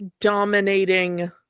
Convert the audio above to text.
dominating